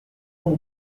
pour